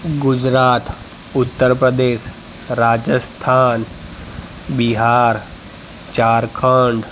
Gujarat Uttar Pradesh Rajasthan Bihar Jharkhand